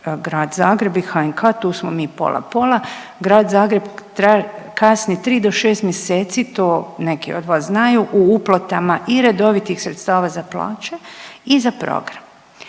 Grad Zagreb i HNK tu smo mi pola pola. Grad Zagreb kasni 3 do 6 mjeseci to neki od vas znaju u uplatama i redovitih sredstava za plaće i za program.